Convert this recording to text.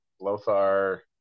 Lothar